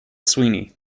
sweeney